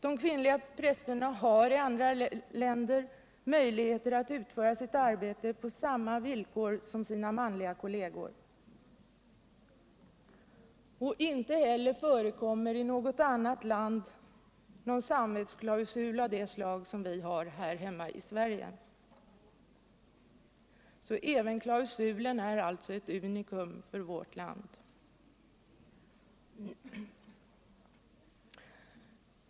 De kvinnliga prästerna har i andra länder möjlighet att utföra sitt arbete på samma villkor som sina manliga kolleger. Och inte heller förekommer i andra länder någon s.k. samvetsklausul av det slag vi har här i Sverige. Även klausulen är således ett unikum för vårt land.